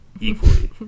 equally